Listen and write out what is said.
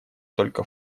только